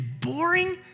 boring